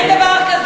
אין דבר כזה.